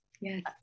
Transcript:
Yes